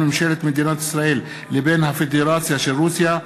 ממשלת מדינת ישראל לבין הפדרציה של רוסיה.